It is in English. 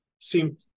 seem